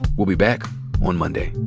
we'll be back on monday